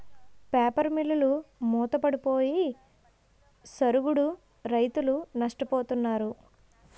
paper మిల్లులు మూతపడిపోయి సరుగుడు రైతులు నష్టపోతున్నారు